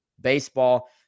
baseball